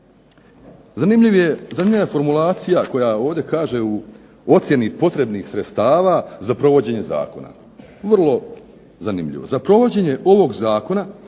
Zanimljiva je formulacija koja ovdje kaže u ocjeni potrebnih sredstava za provođenje zakona. Vrlo zanimljivo. Za provođenje ovog zakona